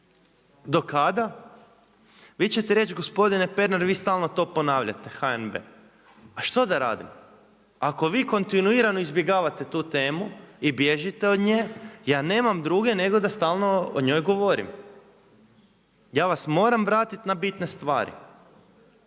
Do kada? Vi ćete reći gospodine Pernar, vi stalno to ponavljate, HNB, a što da radim? Ako vi kontinuirano izbjegavate tu temu, i bježite od nje, ja nemam druge, nego da stalno o njoj govorim. Ja vas moram vratiti na bitne stvari.